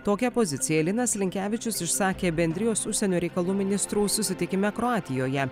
tokią poziciją linas linkevičius išsakė bendrijos užsienio reikalų ministrų susitikime kroatijoje